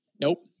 Nope